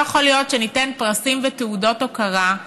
לא יכול להיות שניתן פרסים ותעודות הוקרה,